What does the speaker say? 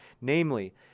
Namely